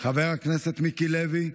חבר הכנסת מיקי לוי,